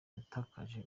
yatakaje